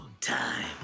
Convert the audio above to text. time